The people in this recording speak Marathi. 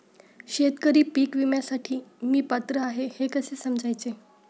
शेतकरी पीक विम्यासाठी मी पात्र आहे हे कसे समजायचे?